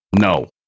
no